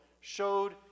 showed